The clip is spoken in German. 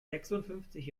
sechsundfünfzig